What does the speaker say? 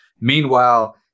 Meanwhile